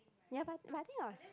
ya but but I'll think was